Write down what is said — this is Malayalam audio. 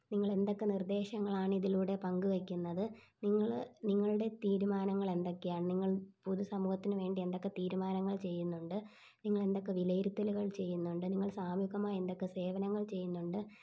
നിങ്ങൾ എന്തൊക്കെ നിർദ്ദേശങ്ങളാണിതിലൂടെ പങ്ക് വയ്ക്കുന്നത് നിങ്ങൾ നിങ്ങളുടെ തീരുമാനങ്ങൾ എന്തൊക്കെയാണ് നിങ്ങൾ പൊതുസമൂഹത്തിന് വേണ്ടി എന്തൊക്കെ തീരുമാനങ്ങൾ ചെയ്യുന്നുണ്ട് നിങ്ങൾ എന്തൊക്കെ വിലയിരുത്തലുകൾ ചെയ്യുന്നുണ്ട് നിങ്ങൾ സാമൂഹികമായ എന്തൊക്കെ സേവനങ്ങൾ ചെയ്യുന്നുണ്ട്